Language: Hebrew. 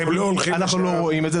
ואנחנו לא רואים את זה.